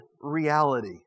reality